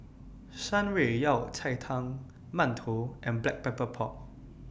Shan Rui Yao Cai Tang mantou and Black Pepper Pork